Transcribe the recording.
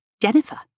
Jennifer